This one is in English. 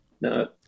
No